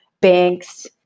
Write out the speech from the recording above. banks